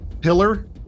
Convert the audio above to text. pillar